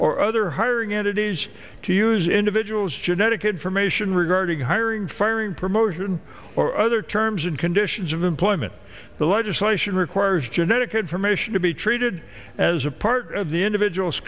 or other hiring it is to use individual's genetic information regarding hiring firing promotion or other terms and conditions of employment the legislation requires genetic information to be treated as a part of the individual